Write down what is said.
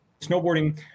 snowboarding